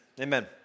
Amen